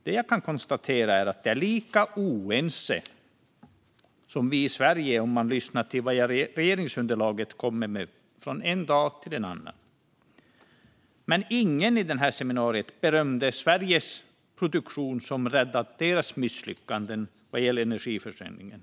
Det jag kan konstatera är att de är lika oense som vi i Sverige om man lyssnar på vad regeringsunderlaget kommer med från en dag till en annan. Men ingen vid detta seminarie berömde Sveriges produktion som räddat deras misslyckanden vad gäller energiförsörjningen.